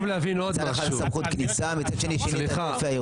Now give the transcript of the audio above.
רצינו להתייחס לעניין של מינוי השר,